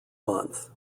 month